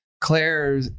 claire